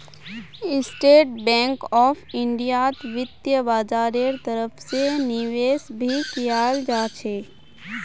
state Bank of इन्डियात वित्तीय बाजारेर तरफ से निवेश भी कियाल जा छे